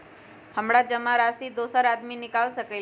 हमरा जमा राशि दोसर आदमी निकाल सकील?